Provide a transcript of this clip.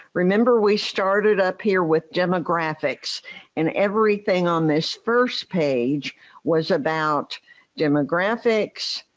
remember we started up here with demographics and everything on this first page was about demographics,